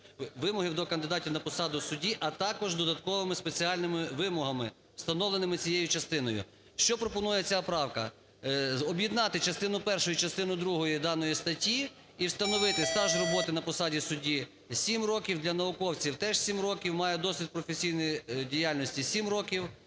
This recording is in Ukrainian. вимогам до кандидатів на посаду судді, а також додатковими спеціальними вимогами, встановленими цією частиною. Що пропонує ця правка? Об'єднати частину першу і частину другу даної статті і встановити стаж роботи на посаді судді 7 років, для науковців – теж 7 років, має досвід професійної діяльності – 7 років